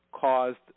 caused